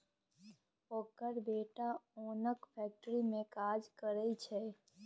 ओकर बेटा ओनक फैक्ट्री मे काज करय छै